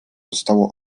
zostało